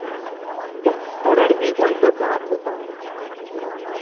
سَر Redmi یُک ؤنۍ تو کانٛہہ اَصٕل پَہن فونا